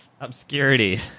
obscurity